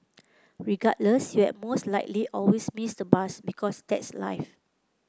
regardless you have most likely always miss the bus because that's life